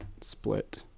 split